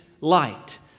light